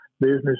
business